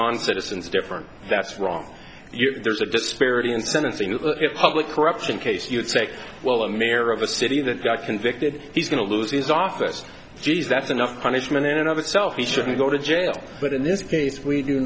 non citizens different that's wrong if there's a disparity in sentencing the public corruption case you'd say well a mayor of a city that got convicted he's going to lose his office geez that's enough punishment in and of itself he shouldn't go to jail but in this case we do